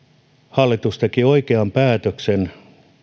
hallitus teki oikean päätöksen